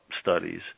studies